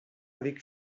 avec